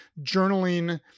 journaling